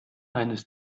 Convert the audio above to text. eines